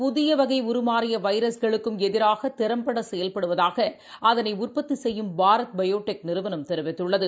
புதியவகைஉருமாறியவைரஸ்களுக்கும் எதிராகதிறப்படசெயல்படுவதாக அதனைஉற்பத்திசெய்யும் பாரத் பயோடெக் நிறுவனம் தெரிவித்துள்ளது